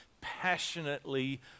passionately